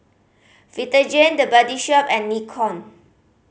Vitagen The Body Shop and Nikon